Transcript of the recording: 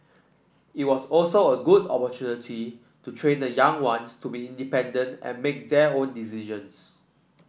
it was also a good opportunity to train the young ones to be independent and make their own decisions